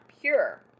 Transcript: pure